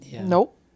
Nope